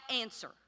answer